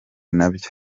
nyabyo